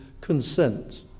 consent